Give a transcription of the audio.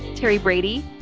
terry brady,